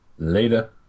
Later